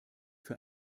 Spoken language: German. für